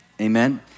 Amen